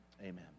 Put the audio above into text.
Amen